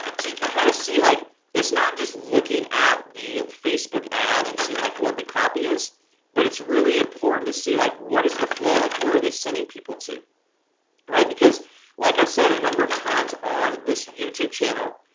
you can kind of see like it's not just looking at the facebook ad and seeing like what the copy is but it's really important to see like what is the flow? like, where are they sending people to? all right, because like i've said a number of times on this youtube channel,